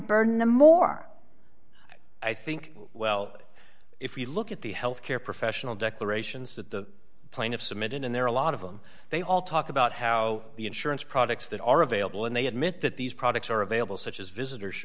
burden the more i think well if you look at the health care professional declarations that the plaintiffs submitted and there are a lot of them they all talk about how the insurance products that are available and they admit that these products are available such as visitors